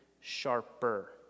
sharper